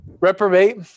Reprobate